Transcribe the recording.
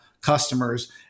customers